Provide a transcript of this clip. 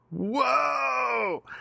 whoa